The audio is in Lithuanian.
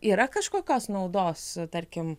yra kažkokios naudos tarkim